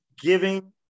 giving